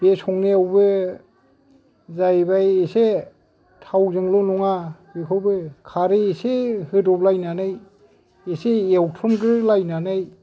बे संनायावबो जाहैबाय एसे थावजोंल' नङा बेखौबो खारै एसे होदबलायनानै एसे एवथ्रमग्रोलायनानै